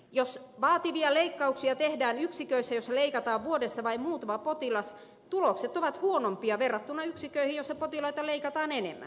jos vaativia leikkauksia tehdään yksiköissä joissa leikataan vuodessa vain muutama potilas tulokset ovat huonompia verrattuna yksiköihin joissa potilaita leikataan enemmän